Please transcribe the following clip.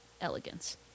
elegance